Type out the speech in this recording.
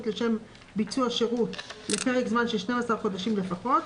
לשם ביצוע שירות לפרק זמן של 12 חודשיםלפחות,